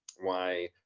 why,